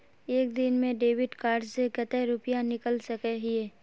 एक दिन में डेबिट कार्ड से कते रुपया निकल सके हिये?